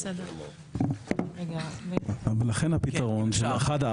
זה בדרך הביצוע מ-2017 ל-2022,